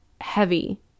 heavy